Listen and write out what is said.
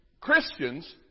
Christians